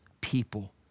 people